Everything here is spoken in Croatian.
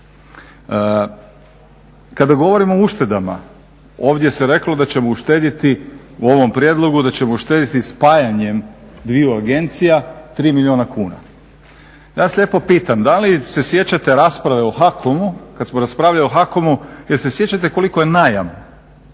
Kada govorimo o uštedama, ovdje se reklo da ćemo uštedjeti u ovom prijedlogu da ćemo uštedjeti spajanjem dviju agencija 3 milijuna kuna. ja vas lijepo pitam, da li se sjećate rasprave o HAKOM-u kada smo raspravljali o HAKOM-u jel se sjećate koliko je najam,